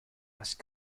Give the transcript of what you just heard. must